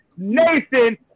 Nathan